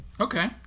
Okay